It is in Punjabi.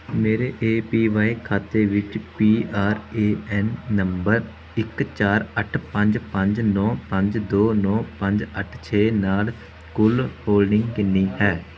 ਮੇਰੇ ਏ ਪੀ ਵਾਈ ਖਾਤੇ ਵਿੱਚ ਪੀ ਆਰ ਏ ਐਨ ਨੰਬਰ ਇੱਕ ਚਾਰ ਅੱਠ ਪੰਜ ਪੰਜ ਨੌਂ ਪੰਜ ਦੋ ਨੌਂ ਪੰਜ ਅੱਠ ਛੇ ਨਾਲ ਕੁੱਲ ਹੋਲਡਿੰਗ ਕਿੰਨੀ ਹੈ